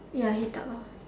ya heat up lor